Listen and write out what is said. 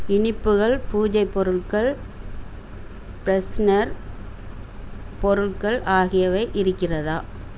இனிப்புகள் பூஜை பொருள்கள் ஃப்ரெஸ்னர் பொருள்கள் ஆகியவை இருக்கிறதா